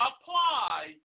Apply